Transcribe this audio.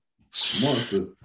Monster